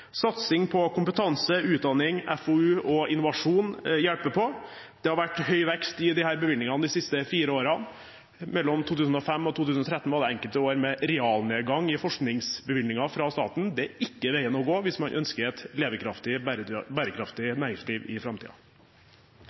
det har vært høy vekst i disse bevilgningene de siste fire årene. Mellom 2005 og 2013 var det enkelte år med realnedgang i forskningsbevilgninger fra staten. Det er ikke veien å gå hvis man ønsker et levekraftig og bærekraftig næringsliv i